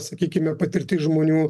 sakykime patirtis žmonių